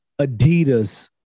Adidas